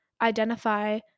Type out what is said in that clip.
identify